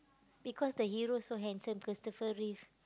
because the hero so handsome Christopher-Reeve